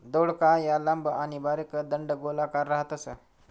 दौडका या लांब आणि बारीक दंडगोलाकार राहतस